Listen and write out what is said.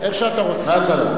איך שאתה רוצה.